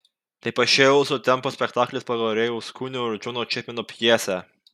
tai pašėlusio tempo spektaklis pagal rėjaus kunio ir džono čepmeno pjesę